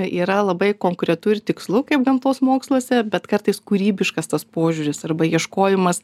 yra labai konkretu ir tikslu kaip gamtos moksluose bet kartais kūrybiškas tas požiūris arba ieškojimas